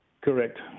Correct